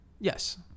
Yes